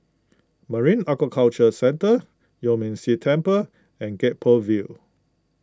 Marine Aquaculture Centre Yuan Ming Si Temple and Gek Poh Ville